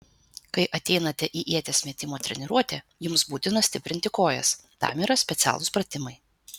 kai ateinate į ieties metimo treniruotę jums būtina stiprinti kojas tam yra specialūs pratimai